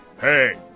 Hey